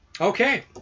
Okay